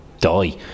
die